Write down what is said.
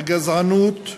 הגזענות,